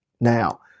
now